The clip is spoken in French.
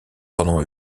pendant